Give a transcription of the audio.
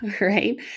right